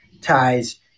ties